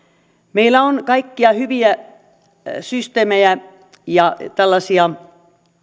meillä on kouluissa kaikkia hyviä systeemejä ja tällaisia